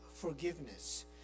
forgiveness